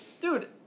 Dude